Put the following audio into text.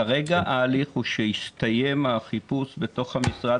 כרגע ההליך הוא שהסתיים החיפוש בתוך המשרד